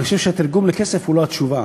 אני חושב שהתרגום לכסף הוא לא התשובה.